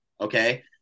okay